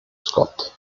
scott